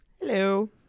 Hello